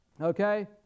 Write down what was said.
Okay